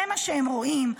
זה מה שהם רואים.